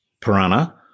piranha